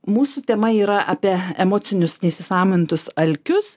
mūsų tema yra apie emocinius neįsisąmonintus alkius